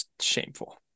shameful